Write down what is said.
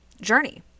journey